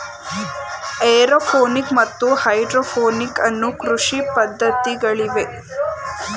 aeroponic ಮತ್ತು hydroponic ಅನ್ನೂ ಕೃಷಿ ಪದ್ಧತಿಗಳಿವೆ